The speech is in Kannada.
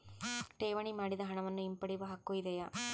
ಠೇವಣಿ ಮಾಡಿದ ಹಣವನ್ನು ಹಿಂಪಡೆಯವ ಹಕ್ಕು ಇದೆಯಾ?